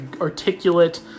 articulate